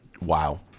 Wow